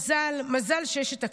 מזל, מזל שיש את הכפר,